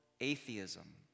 atheism